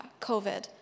COVID